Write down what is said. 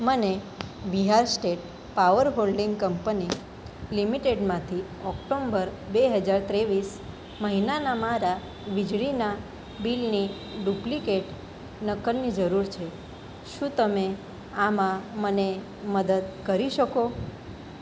મને Bihar state power holding company લિમિટેડમાંથી October બે હજાર ત્રેવીસ મહિનાના મારા વીજળીના બિલની ડુપ્લિકેટ નકલની જરૂર છે શું તમે આમાં મને મદદ કરી શકો